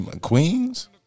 Queens